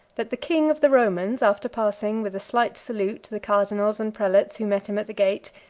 that the king of the romans, after passing with a slight salute the cardinals and prelates who met him at the gate,